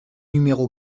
numéro